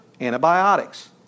antibiotics